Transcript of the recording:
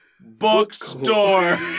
bookstore